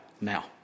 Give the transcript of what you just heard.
now